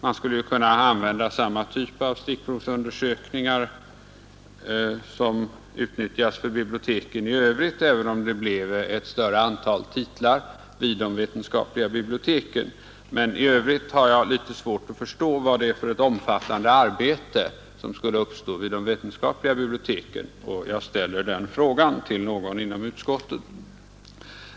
Man skulle ju kunna använda samma typ av stickprovsundersökningar som utnyttjas för biblioteken i övrigt, även om det bleve ett större antal titlar vid de vetenskapliga biblioteken. Men i övrigt har jag litet svårt att förstå vad det är för ett omfattande arbete som skulle uppstå vid de vetenskapliga biblioteken, och jag ställer den frågan till någon inom utskottet.